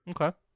Okay